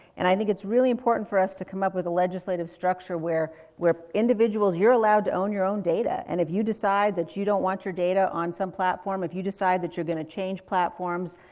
and i think it's really important for us to come up with a legislative structure where where individuals, you're allowed to own your own data. and if you decide that you don't want your data on some platform, if you decide decide that you're going to change platforms,